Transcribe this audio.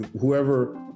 whoever